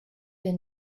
been